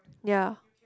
ya